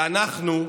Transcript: ואנחנו,